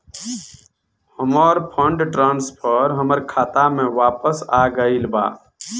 हमर fund transfer हमर खाता में वापस आ गईल बा